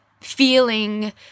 feeling